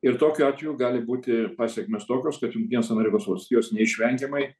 ir tokiu atveju gali būti pasekmės tokios kad jungtinės amerikos valstijos neišvengiamai